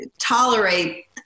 tolerate